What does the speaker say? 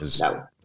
no